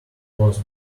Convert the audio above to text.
both